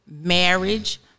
marriage